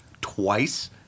twice